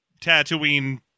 Tatooine